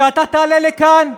שאתה תעלה לכאן,